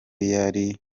yari